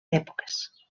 èpoques